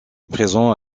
présent